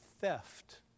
theft